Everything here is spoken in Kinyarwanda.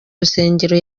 rusengero